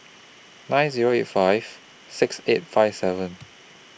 nine Zero eight five six eight five seven